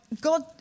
God